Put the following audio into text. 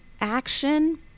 action